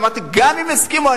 אמרתי: גם אם יסכימו,